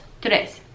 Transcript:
tres